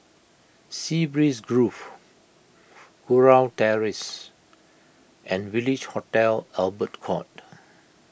Sea Breeze Grove Kurau Terrace and Village Hotel Albert Court